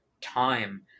time